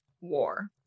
War